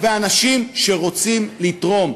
ואנשים שרוצים לתרום.